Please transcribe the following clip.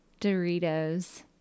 Doritos